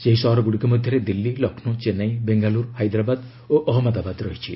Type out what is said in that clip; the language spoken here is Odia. ସେହି ସହରଗୁଡ଼ିକ ମଧ୍ୟରେ ଦିଲ୍ଲୀ ଲକ୍ଷ୍ନୌ ଚେନ୍ନାଇ ବେଙ୍ଗାଲୁରୁ ହାଇଦ୍ରାବାଦ ଓ ଅହନ୍ମଦାବାଦ ରହିଛି